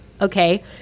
okay